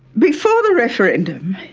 before the referendum,